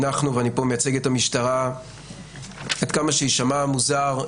שאנחנו ואני פה מייצג את המשטרה עד כמה שיישמע מוזר,